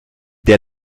der